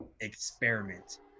experiment